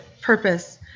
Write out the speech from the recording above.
purpose